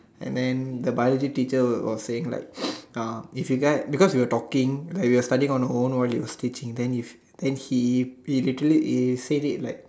and then the biology teacher were was saying like uh if you guys because we were talking right we are study on our own while he was teaching then he then he he literally he said it like